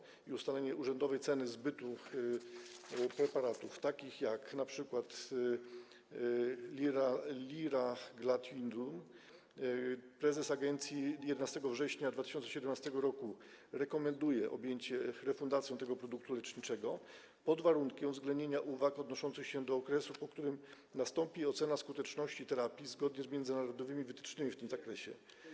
Jeżeli chodzi o ustalenie urzędowej ceny zbytu preparatów, takich jak np. liraglutidum, to prezes agencji 11 września 2017 r. rekomenduje objęcie refundacją tego produktu leczniczego pod warunkiem uwzględnienia uwag odnoszących się do okresu, po którym nastąpi ocena skuteczności terapii zgodnie z międzynarodowymi wytycznymi w tym zakresie.